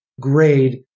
grade